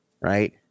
Right